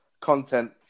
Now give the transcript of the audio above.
content